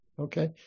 Okay